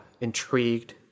intrigued